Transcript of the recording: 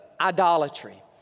idolatry